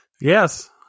Yes